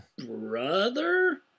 brother